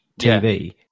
TV